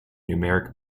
numeric